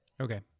okay